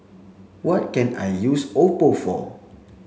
what can I use Oppo for